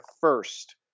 first